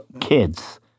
kids